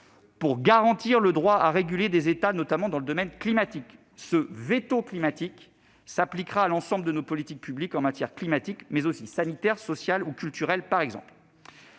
pour garantir le droit à réguler des États, notamment dans le domaine climatique. Ce veto climatique s'appliquera à l'ensemble de nos politiques publiques en matière non seulement climatique, mais aussi sanitaire, sociale ou culturelle, par exemple.